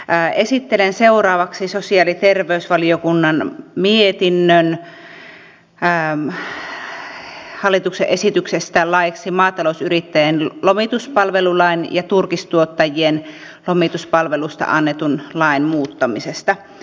esittelen seuraavaksi sosiaali ja terveysvaliokunnan mietinnön hallituksen esityksestä laiksi maatalousyrittäjien lomituspalvelulain ja turkistuottajien lomituspalveluista annetun lain muuttamisesta